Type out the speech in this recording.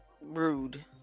rude